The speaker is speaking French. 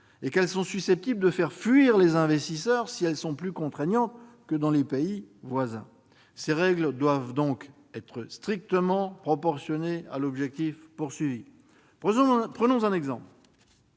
et qu'elles sont susceptibles de faire fuir les investisseurs si elles sont plus contraignantes que celles des pays voisins. Ces règles doivent donc être strictement proportionnées à l'objectif poursuivi. Prenons un exemple.